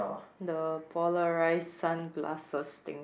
the polarized sunglasses thing